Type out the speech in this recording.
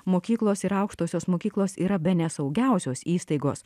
mokyklos ir aukštosios mokyklos yra bene saugiausios įstaigos